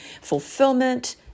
fulfillment